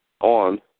on